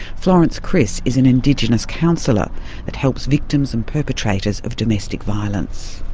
florence kris is an indigenous counsellor that helps victims and perpetrators of domestic violence.